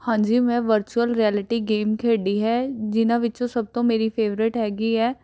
ਹਾਂਜੀ ਮੈਂ virtual reality game ਖੇਡੀ ਹੈ ਜਿਨ੍ਹਾਂ ਵਿੱਚੋਂ ਸਭ ਤੋਂ ਮੇਰੀ ਫ਼ੇਵਰਟ ਹੈਗੀ ਹੈ